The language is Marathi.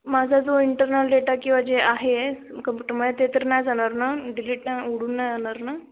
माझा जो इंटरनल डेटा किंवा जे आहे कंप्युटरमुळे ते तर नाही जाणार ना डिलीट नाही उडून नाही जाणार ना